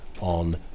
on